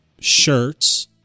shirts